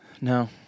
No